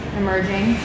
emerging